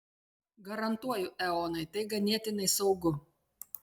garantuoju eonai tai ganėtinai saugu